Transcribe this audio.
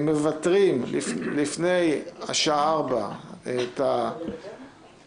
מוותרים לפני השעה 16:00